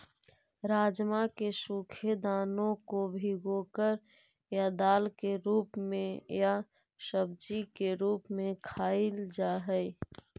राजमा के सूखे दानों को भिगोकर या दाल के रूप में या सब्जी के रूप में खाईल जा हई